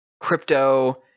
Crypto